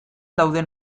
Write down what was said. dauden